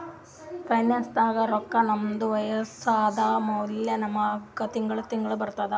ಪೆನ್ಷನ್ದು ರೊಕ್ಕಾ ನಮ್ದು ವಯಸ್ಸ ಆದಮ್ಯಾಲ ನಮುಗ ತಿಂಗಳಾ ತಿಂಗಳಾ ಬರ್ತುದ್